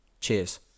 Cheers